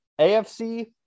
AFC